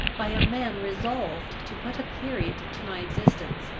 by a man resolved to put a period to my existence.